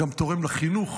הוא גם תורם לחינוך